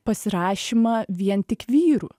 pasirašymą vien tik vyrų